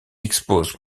expose